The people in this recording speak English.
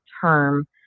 term